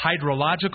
hydrological